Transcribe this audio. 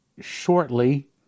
shortly